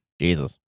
Jesus